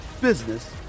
business